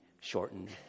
shortened